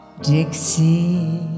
dixie